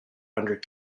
under